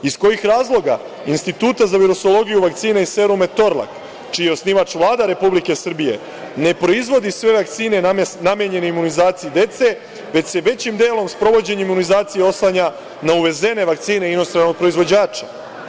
Iz kojih razloga Instituta za virusologiju, vakcina i seruma „Torlak“, čiji je osnivač Vlada Republike Srbije, ne proizvodi sve vakcine namenjene imunizaciji dece, već se većim delom sprovođenju imunizacije oslanja na uvezene vakcine inostranog proizvođača?